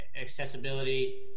accessibility